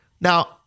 Now